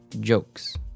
jokes